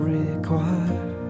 required